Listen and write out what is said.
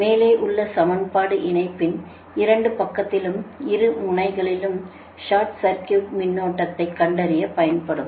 மேலே உள்ள சமன்பாடு இணைப்பின் இரண்டு பக்கத்திலும் இரு முனைகளிலும் சார்ட் சா்கியுட் மின்னோட்டத்தைக் கண்டறியப் பயன்படும்